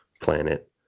planet